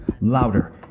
louder